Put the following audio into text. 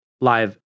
Live